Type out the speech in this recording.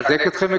לחזק אתכם,